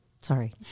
Sorry